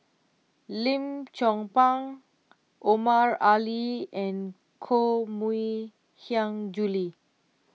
Lim Chong Pang Omar Ali and Koh Mui Hiang Julie